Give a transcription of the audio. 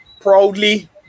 proudly